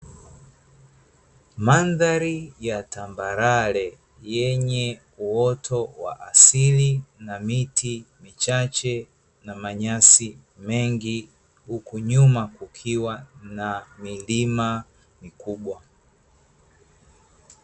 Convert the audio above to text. Mandhari ya tambarare, yenye uoto wa asili na miti michache na manyasi mengi, huku nyuma kukiwa na milima mikubwa.